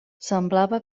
semblava